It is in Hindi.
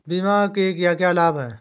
बीमा के क्या क्या लाभ हैं?